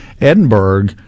Edinburgh